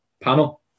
panel